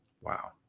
Wow